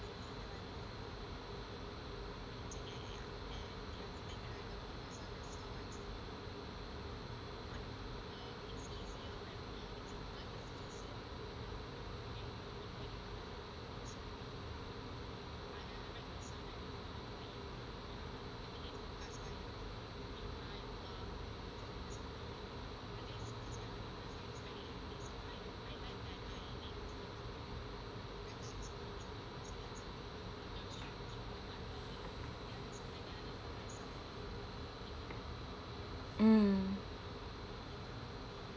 um